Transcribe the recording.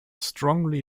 strongly